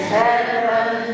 heaven